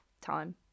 time